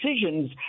decisions